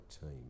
team